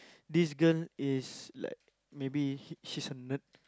this girl is like maybe she's a nerd